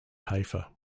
haifa